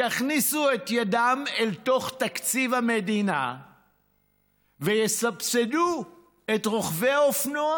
יכניסו את ידם אל תוך תקציב המדינה ויסבסדו את רוכבי האופנוע.